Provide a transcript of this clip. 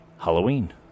Halloween